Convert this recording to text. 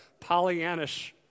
Pollyannish